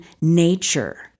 nature